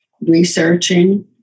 researching